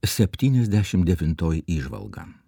septyniasdešim devintoji įžvalga